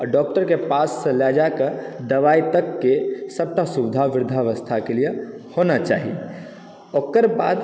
आ डॉक्टर के पास लऽ जाय कऽ दबाइ तक के सबटा सुविधा वृद्धावस्था के लिए होना चाही ओकर बाद